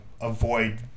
avoid